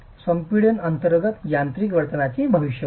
संपीडन अंतर्गत यांत्रिक वर्तनाची भविष्यवाणी